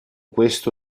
questo